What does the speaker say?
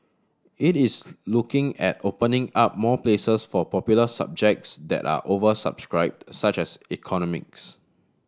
it is looking at opening up more places for popular subjects that are oversubscribed such as economics